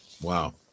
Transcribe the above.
Wow